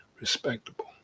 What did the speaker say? respectable